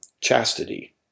chastity